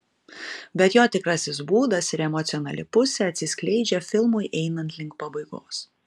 bet jo tikrasis būdas ir emocionali pusė atsiskleidžia filmui einant link pabaigos